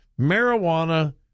marijuana